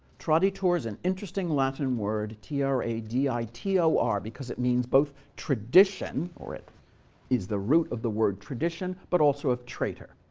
traditor is an interesting latin word, t r a d i t o r, because it means both tradition or is the root of the word tradition, but also of traitor.